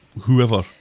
whoever